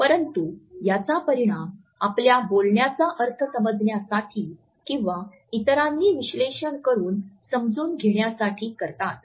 परंतु याचा परिणाम आपल्या बोलण्याचा अर्थ समजण्यासाठी किंवा इतरांनी विश्लेषण करून समजून घेण्यासाठी करतात